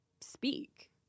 speak